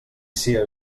sia